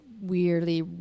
weirdly